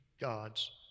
God's